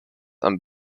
and